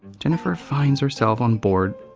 jennifer finds herself on board.